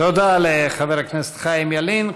תודה לחבר הכנסת חיים ילין.